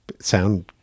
sound